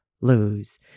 lose